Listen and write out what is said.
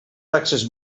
taxes